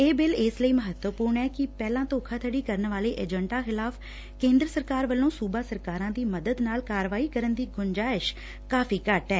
ਇਹ ਬਿੱਲ ਇਸ ਲਈ ਮਹੱਤਵਪੁਰਨ ਐ ਕਿ ਪਹਿਲਾਂ ਧੋਖਾਧਤੀ ਕਰਨ ਵਾਲੇ ਏਜੰਟਾਂ ਖਿਲਾਫ਼ ਕੇਂਦਰ ਸਰਕਾਰ ਵੱਲੋਂ ਸੁਬਾ ਸਰਕਾਰਾਂ ਦੀ ਮਦਦ ਨਾਲ ਕਾਰਵਾਈ ਕਰਨ ਦੀ ਗੁਜਾਇਸ਼ ਕਾਫੀ ਘੱਟ ਐ